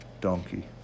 donkey